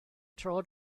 tro